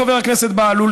חבר הכנסת בהלול,